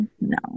No